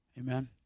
Amen